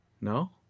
No